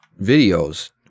videos